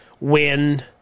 win